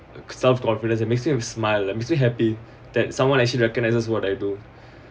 self confidence and makes you smile and makes me happy that someone actually recognises what I do